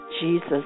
Jesus